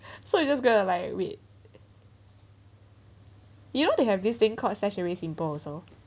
so you just going to like wait you know they have this thing called stash away simple also